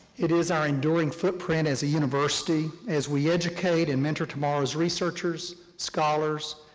it is our enduring footprint as a university as we educate and mentor tomorrow's researchers, scholars,